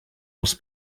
els